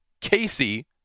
Casey